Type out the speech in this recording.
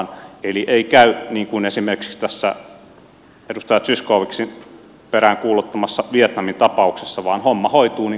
eli ei käy niin kuin esimerkiksi tässä edustaja zyskowiczin peräänkuuluttamassa vietnamin tapauksessa vaan homma hoituu niin kuin sen pitääkin hoitua